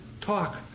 talk